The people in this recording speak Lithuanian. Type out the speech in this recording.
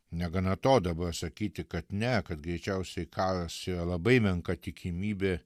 negana to dabar sakyti kad ne kad greičiausiai karas yra labai menka tikimybė